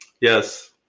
Yes